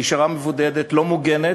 היא נשארה מבודדת, לא מוגנת,